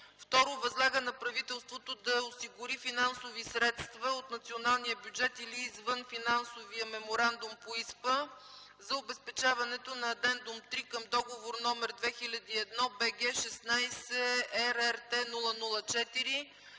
2. Възлага на правителството да осигури финансови средства от Националния бюджет извън Финансовия Меморандум по ИСПА за обезпечаването на Адендум 3 към Договор № 2001/BG/16/Р/РТ/ 004,